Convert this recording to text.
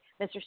Mr